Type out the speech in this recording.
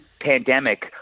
pandemic